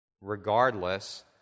regardless